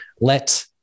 Let